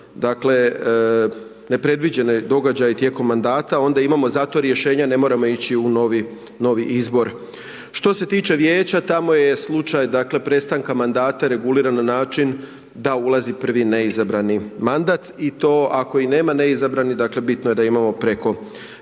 dakle, nepredviđeni događaji tijekom mandata, onda imamo za to rješenja, ne moramo ići u novi izbor. Što se tiče vijeća, tamo je slučaj, dakle, prestanka mandata reguliran na način, da ulazi prvi neizabrani mandat i to ako nema izabrani, bitno je da imamo preko 50%